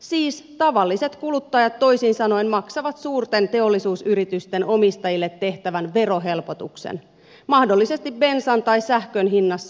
siis tavalliset kuluttajat toisin sanoen maksavat suurten teollisuusyritysten omistajille tehtävän verohelpotuksen mahdollisesti bensan tai sähkön hinnassa